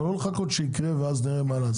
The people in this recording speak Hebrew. ולא לחכות שיקרה ואז נראה מה לעשות.